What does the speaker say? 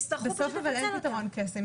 בסוף אין פתרון קסם.